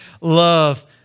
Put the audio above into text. love